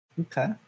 okay